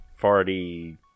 farty